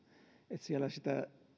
että siellä sitä